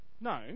no